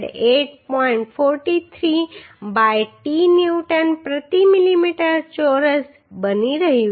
43 by t newton પ્રતિ millimetre ચોરસ બની રહ્યું છે